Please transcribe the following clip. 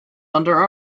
under